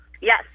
Yes